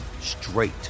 straight